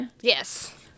yes